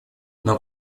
нам